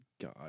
God